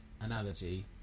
analogy